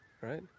Right